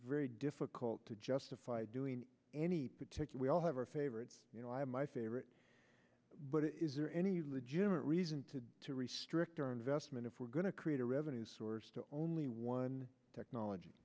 very difficult to justify doing any particular we all have our favorites you know i have my favorites but is there any legitimate reason to to restrict our investment if we're going to create a revenue source to only one technology